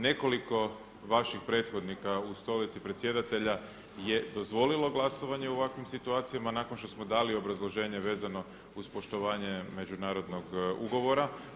Nekoliko vaših prethodnika u stolici predsjedatelja je dozvolilo glasovanje u ovakvim situacijama nakon što smo dali obrazloženje vezano uz poštovanje međunarodnog ugovora.